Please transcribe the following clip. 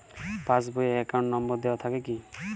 Pass বই এ account number দেওয়া থাকে কি?